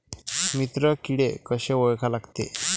मित्र किडे कशे ओळखा लागते?